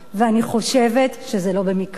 ואני חושבת שזה לא במקרה.